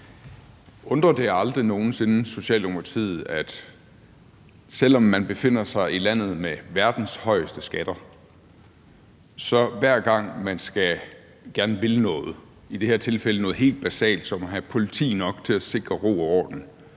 Undrer det aldrig nogen sinde Socialdemokratiet, at selv om man befinder sig i landet med verdens højeste skatter, bliver man, hver gang man gerne vil noget, i det her tilfælde noget helt basalt som at have politi nok til at sikre ro og orden,